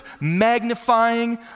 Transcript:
magnifying